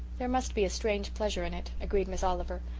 there must be a strange pleasure in it, agreed miss oliver,